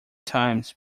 times